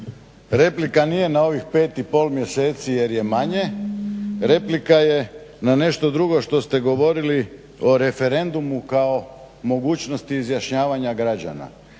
Replika nije na ovih 5 i pol mjeseci jer je manje, replika je na nešto drugo što ste govorili o referendumu kao mogućnosti izjašnjavanja građana.